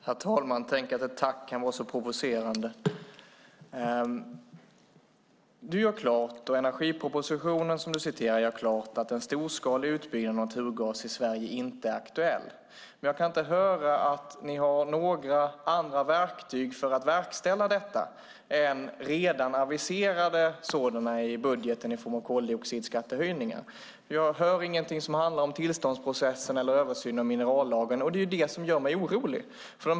Herr talman! Tänk att ett tack kan vara så provocerande! Maud Olofsson gör liksom energipropositionen, som hon citerar ur, klart att en storskalig utbyggnad av naturgas i Sverige inte är aktuell. Men jag kan inte höra att ni har några andra verktyg för att verkställa detta än redan aviserade sådana i budgeten i form av koldioxidskattehöjningar. Jag hör ingenting som handlar om tillståndsprocessen eller översyn av minerallagen. Det är detta som gör mig orolig.